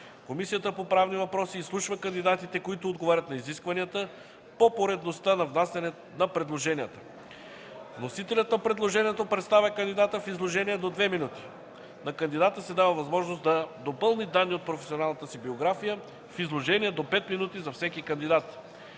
Комисията по правни въпроси изслушва кандидатите, които отговарят на изискванията, по поредността на внасяне на предложенията. Вносителят на предложението представя кандидата в изложение до 2 минути. На кандидата се дава възможност да допълни данни от професионалната си биография в изложение до 5 минути за всеки кандидат.